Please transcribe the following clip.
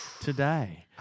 today